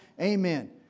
Amen